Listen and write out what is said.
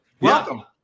welcome